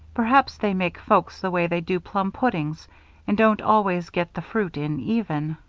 perhaps they make folks the way they do plum puddings and don't always get the fruit in even.